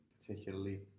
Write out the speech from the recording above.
particularly